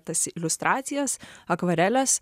tas iliustracijas akvareles